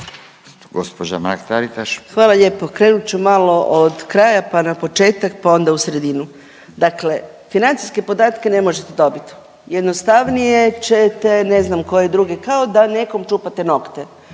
Hvala lijepo. Krenut ću malo od kraja pa na početak pa onda u sredinu. Dakle financijske podatke ne možete dobiti, jednostavnije ćete, ne znam koje druge, kao da nekom čupate nokte